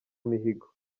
mihigo